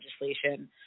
legislation